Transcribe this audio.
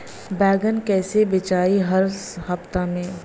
बैगन कईसे बेचाई हर हफ्ता में?